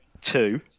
two